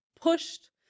pushed